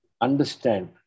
understand